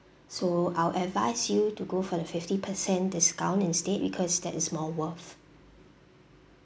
so I'll advise you to go for the fifty percent discount instead because that is more worth